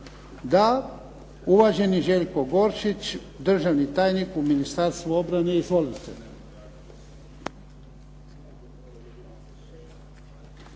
Da. Uvaženi Željko Goršić, državni tajnik u Ministarstvu obrane, izvolite.